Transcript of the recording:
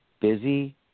busy